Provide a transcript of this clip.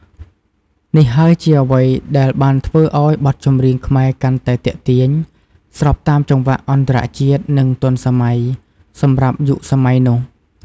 នេះហើយជាអ្វីដែលបានធ្វើឱ្យបទចម្រៀងខ្មែរកាន់តែ ទាក់ទាញ ស្របតាមចង្វាក់អន្តរជាតិ និង ទាន់សម័យ សម្រាប់យុគសម័យនោះ។